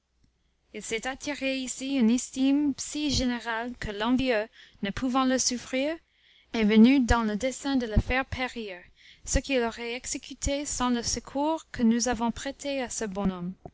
il s'est attiré ici une estime si générale que l'envieux ne pouvant le souffrir est venu dans le dessein de le faire périr ce qu'il aurait exécuté sans le secours que nous avons prêté à ce